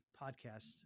podcast